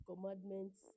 commandments